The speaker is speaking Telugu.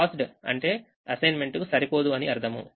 క్రాస్డ్ అంటే అసైన్మెంట్కు సరిపోదు అని అర్థం